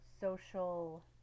social